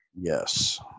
yes